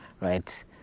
right